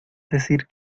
decir